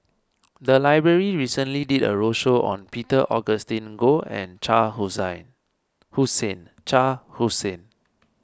the library recently did a roadshow on Peter Augustine Goh and Shah Hussain Shah Hussain